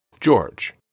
George